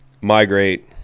migrate